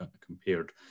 compared